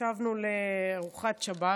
ישבנו לארוחת שבת